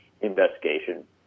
investigation